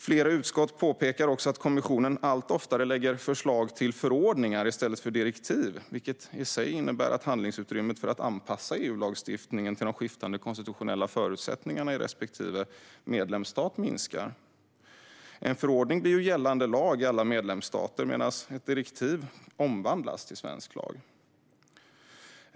Flera utskott påpekar också att kommissionen allt oftare lägger fram förslag till förordningar i stället för direktiv, vilket i sig innebär att handlingsutrymmet för att anpassa EU-lagstiftningen till de skiftande konstitutionella förutsättningarna i respektive medlemsstat minskar. En förordning blir gällande lag i alla medlemsstater, medan ett direktiv omvandlas till svensk lag.